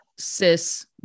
cis